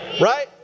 Right